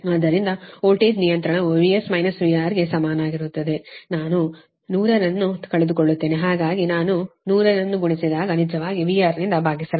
ಆದ್ದರಿಂದ ವೋಲ್ಟೇಜ್ ನಿಯಂತ್ರಣವು VS - VR ಗೆ ಸಮಾನವಾಗಿರುತ್ತದೆ ನಾನು 100 ಅನ್ನು ಕಳೆದುಕೊಳ್ಳುತ್ತೇನೆ ಹಾಗಾಗಿ ನಾನು ಇಲ್ಲಿದ್ದೇನೆ 100 ಅನ್ನು ಗುಣಿಸಿದಾಗ ನಿಜವಾಗಿ VR ರ್ನಿಂದ ಭಾಗಿಸಲಾಗಿದೆ